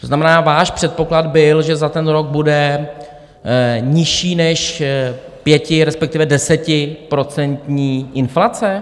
To znamená, váš předpoklad byl, že za ten rok bude nižší než pěti respektive desetiprocentní inflace?